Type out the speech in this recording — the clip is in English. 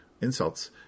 insults